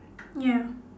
ya